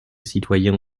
citoyens